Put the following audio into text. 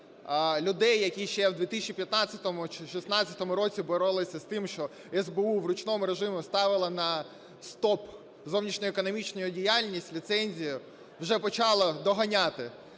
людей, які ще в 2015 чи 2016 році боролися з тим, що СБУ в ручному режимі ставила на "стоп" зовнішньоекономічну діяльність ліцензію, вже почали доганяти